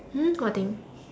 hmm what thing